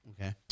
Okay